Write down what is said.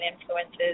influences